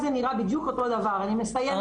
אני מסכימה